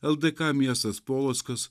ldk miestas polockas